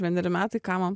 vieneri metai ką man